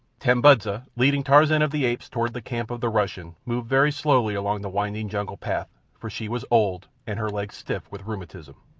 tambudza, leading tarzan of the apes toward the camp of the russian, moved very slowly along the winding jungle path, for she was old and her legs stiff with rheumatism.